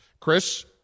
Chris